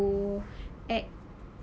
who act